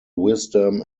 wisdom